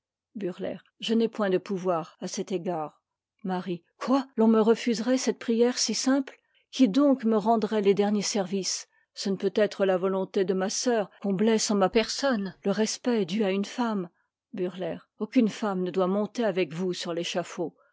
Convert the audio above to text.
je n'ai point de pouvoirs à cet égard marie quoi l'on me refuserait cette prière si sim pte qui donc me rendrait les derniers services ce ne peut être la volonté de ma sœur qu'on blesse en ma personne e respect dû à une femme burleigh aucune femme ne doit monter avec vous sur